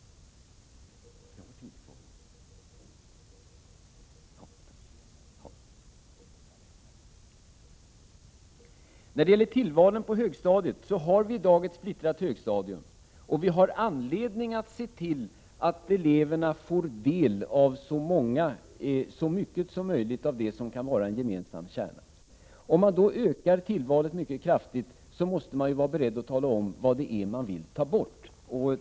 När det gäller tillvalen på högstadiet har vi i dag ett splittrat högstadium. Vi har anledning att se till att eleverna i så stor utsträckning som möjligt får del av det som kan vara en gemensam kärna. Om man ökar tillvalen kraftigt, måste man vara beredd att tala om vad man vill ta bort.